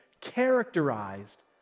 characterized